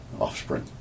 offspring